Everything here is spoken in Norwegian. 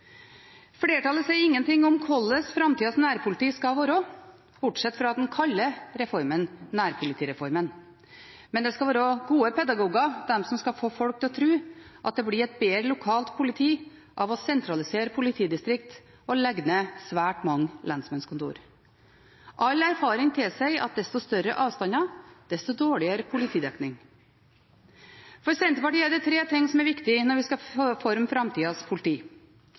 Flertallet sier ingenting om hvordan framtidas nærpoliti skal være, bortsett fra at en kaller reformen «nærpolitireformen». Men de skal være gode pedagoger de som skal få folk til å tro at det blir et bedre lokalt politi av å sentralisere politidistrikt og legge ned svært mange lensmannskontorer. All erfaring tilsier at jo større avstander, desto dårligere politidekning. For Senterpartiet er det tre ting som er viktig når vi skal forme framtidas politi: